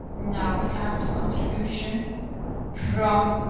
now we have the contribution from